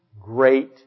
great